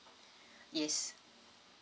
yes